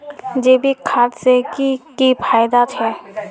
जैविक खाद से की की फायदा छे?